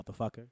motherfucker